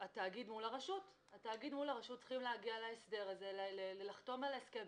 התאגיד מול הרשות צריכים להגיע להסדר הזה ולחתום על ההסכם.